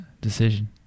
decision